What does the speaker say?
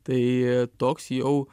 tai toks jau